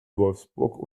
wolfsburg